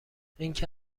اینکه